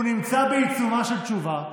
הוא נמצא בעיצומה של תשובה.